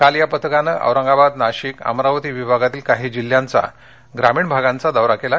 काल या पथकानं औरंगाबाद नाशिक आणि अमरावती विभागातील काही जिल्ह्यांच्या ग्रामीण भागांचा दौरा केला